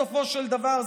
בסופו של דבר,